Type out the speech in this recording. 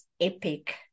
epic